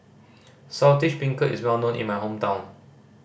Saltish Beancurd is well known in my hometown